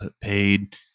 paid